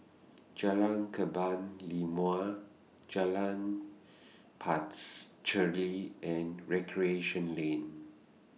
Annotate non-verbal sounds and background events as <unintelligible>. Jalan Kebun Limau Jalan <unintelligible> and Recreation Lane